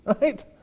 Right